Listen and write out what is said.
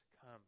come